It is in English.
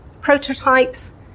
prototypes